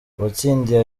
uwatsindiye